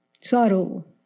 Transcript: sorrow